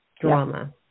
drama